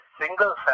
single